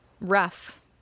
rough